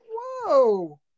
Whoa